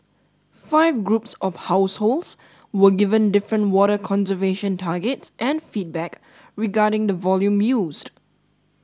five groups of households were given different water conservation targets and feedback regarding the volume used